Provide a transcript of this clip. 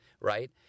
right